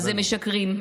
הם משקרים,